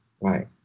right